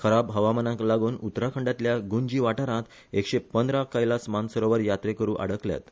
खराब हवामानक लागून उत्तराखंडातल्या गुंजी वाठारात एकशे पंदरा कैलास मानसरोवर यात्रेकरु आडकल्यात